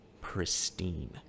pristine